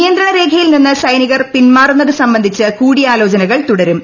നിയന്ത്രണ രേഖയിൽ നിന്ന് സൈനികർ പിൻമാറുന്നതു സംബന്ധിച്ച് കൂടിയാലോചനകൾ തുടരും